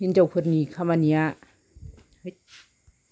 हिनजावफोरनि खामानिया